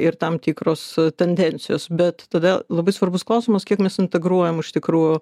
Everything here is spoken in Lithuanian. ir tam tikros tendencijos bet tada labai svarbus klausimas kiek mes integruojam iš tikrųjų